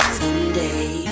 someday